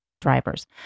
drivers